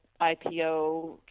IPO